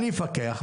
אני אפקח,